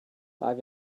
five